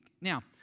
Now